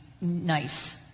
nice